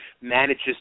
manages